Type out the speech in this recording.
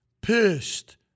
pissed